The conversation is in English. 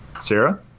Sarah